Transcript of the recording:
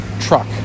truck